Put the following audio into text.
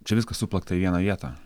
čia viskas suplakta į vieną vietą